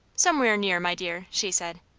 somewhere near, my dear, she said.